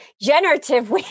generative